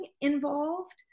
involved